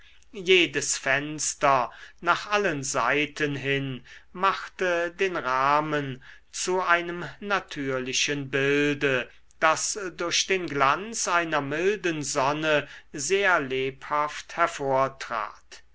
jedes fenster nach allen seiten hin machte den rahmen zu einem natürlichen bilde das durch den glanz einer milden sonne sehr lebhaft hervortrat